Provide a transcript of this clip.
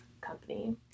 company